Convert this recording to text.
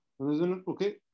okay